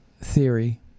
theory